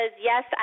yes